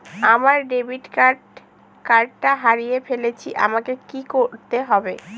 আমার ডেবিট কার্ডটা হারিয়ে ফেলেছি আমাকে কি করতে হবে?